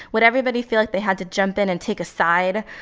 would everybody feel like they had to jump in and take a side?